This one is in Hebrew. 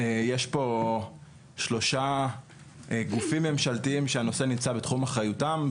יש פה שלושה גופים ממשלתיים שהנושא נמצא בתחום אחריותם,